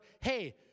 hey